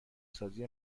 سازی